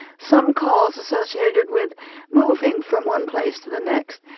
some calls associated with moving from one place to the next,